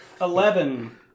eleven